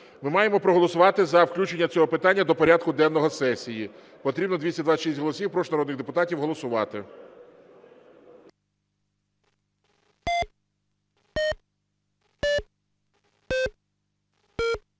Ми маємо проголосувати за включення цього питання до порядку денного сесії, потрібно 226 голосів. Прошу народних депутатів голосувати.